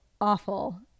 awful